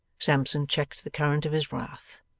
sampson checked the current of his wrath,